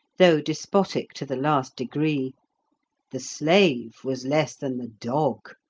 though despotic to the last degree the slave was less than the dog.